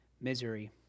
misery